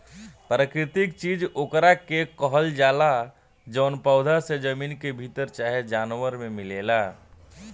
प्राकृतिक चीज ओकरा के कहल जाला जवन पौधा से, जमीन के भीतर चाहे जानवर मे मिलेला